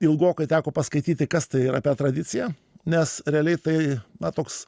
ilgokai teko paskaityti kas tai yra ta tradicija nes realiai tai na toks